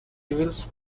reveals